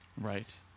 Right